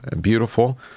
beautiful